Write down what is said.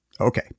Okay